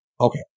Okay